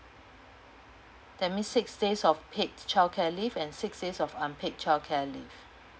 that means six days of paid childcare leave and six says of unpaid childcare leave